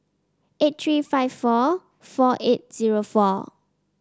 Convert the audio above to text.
eight three five four four eight zero four